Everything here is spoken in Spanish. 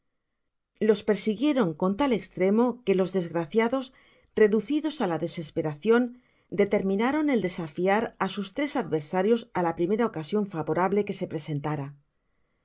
los persiguieron con tal estremo que los dos desgraciados reducidos á la desesperacion determinaron el desafiar á sus tres adversarios á la primera ocasion favorable que ge presentara